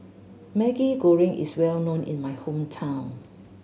Maggi Goreng is well known in my hometown